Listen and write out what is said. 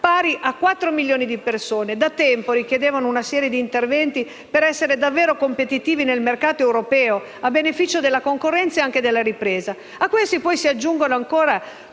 pari a quattro milioni di persone. Essi da tempo richiedevano una serie di interventi per essere maggiormente competitivi nel mercato europeo, a beneficio della concorrenza e della ripresa.